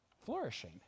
flourishing